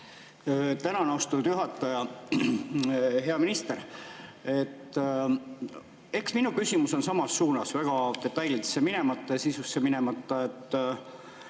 Tänan, austatud juhataja! Hea minister! Minu küsimus on samas suunas. Väga detailidesse minemata ja sisusse minemata,